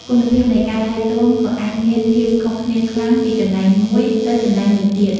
គុណភាពនៃការថែទាំក៏អាចមានភាពខុសគ្នាខ្លាំងពីកន្លែងមួយទៅកន្លែងមួយទៀត។